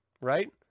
right